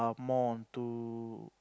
more onto